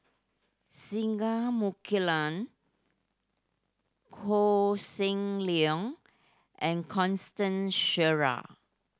Singai Mukilan Koh Seng Leong and Constant Sheares